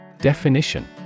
Definition